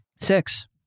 six